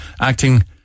acting